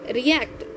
react